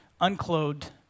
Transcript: unclothed